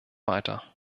weiter